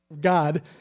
God